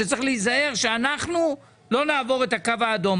שצריך להיזהר שאנחנו לא נעבור את הקו האדום.